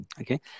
Okay